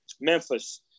Memphis